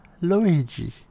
Luigi